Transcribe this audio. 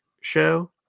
show